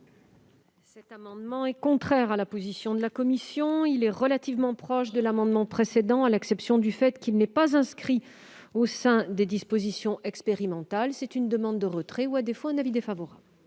Cet amendement est contraire à la position de la commission. Il est relativement proche de l'amendement précédent, à la réserve près qu'il ne s'inscrit pas au sein des dispositions expérimentales. J'en demande le retrait ; à défaut, l'avis sera défavorable.